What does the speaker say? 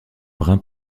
brin